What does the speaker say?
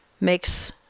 makes